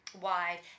Wide